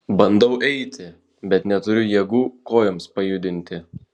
bandau eiti bet neturiu jėgų kojoms pajudinti